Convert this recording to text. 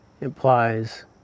implies